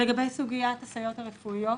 לגבי סוגית הסייעות הרפואיות